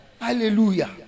Hallelujah